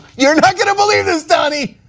you are not going to believe this, donnie,